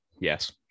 Yes